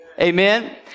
Amen